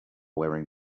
wearing